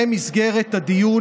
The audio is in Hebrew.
במסגרת הדיון